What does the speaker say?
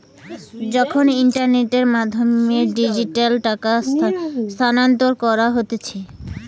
যখন ইন্টারনেটের মাধ্যমে ডিজিটালি টাকা স্থানান্তর করা হতিছে